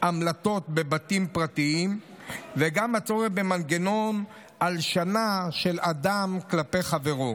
המלטות בבתים פרטיים וגם בשל הצורך במנגנון ההלשנה של אדם כלפי חברו.